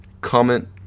comment